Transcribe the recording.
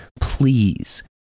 Please